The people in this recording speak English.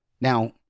Now